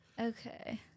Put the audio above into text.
Okay